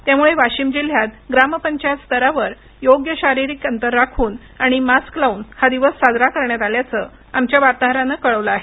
त्यामुळे वाशिम जिल्ह्यात ग्राम पंचायत स्तरावर योग्य शारिरिक अंतर राखुन आणि मास्क लावुन हा दिवस साजरा करण्यात आल्याचं आमच्या वार्ताहरानं कळवलं आहे